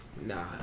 Nah